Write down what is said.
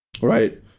Right